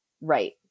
Right